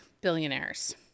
billionaires